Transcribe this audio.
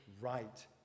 right